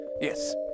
Yes